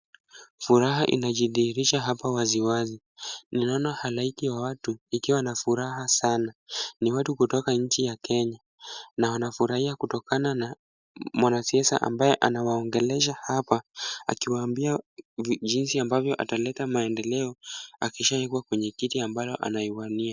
Furaha inajidhihirisha hapa waziwazi. Ninaona halaiki ya watu ikiwa na furaha sana ni watu kutoka nchi ya Kenya na wanafurahia kutokana na mwanasiasa ambaye anawaongelesha hapa akiwaambia jinsi ambavyo ataleta maendeleo akishaekwa kwenye kiti ambalo anaiwania.